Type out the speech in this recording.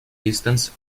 distance